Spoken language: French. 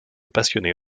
passionnait